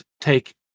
take